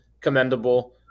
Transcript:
commendable